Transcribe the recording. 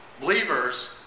believers